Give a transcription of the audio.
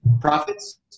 profits